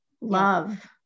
love